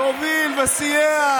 שהוביל וסייע.